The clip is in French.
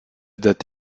date